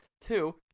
two